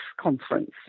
Conference